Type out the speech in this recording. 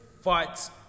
fights